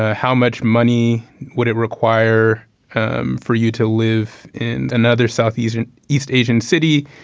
ah how much money would it require um for you to live in another south east and east asian city.